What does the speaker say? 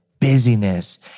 busyness